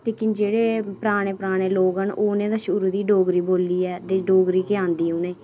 लेकिन जेह्ड़े पराने पराने लोग न उ'नें ते शुरूं दी डोगरी बोल्ली ऐ ते डोगरी ते औंदी उ'नें गी